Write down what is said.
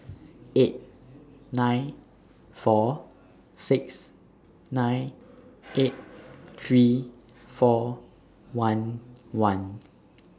eight nine four six nine eight three four one one